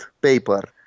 paper